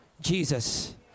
Jesus